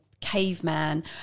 caveman